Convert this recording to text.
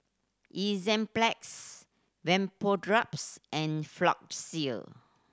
Enzyplex Vapodrops and